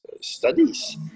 studies